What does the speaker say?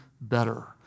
better